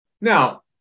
Now